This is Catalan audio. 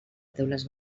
teules